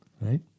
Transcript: Right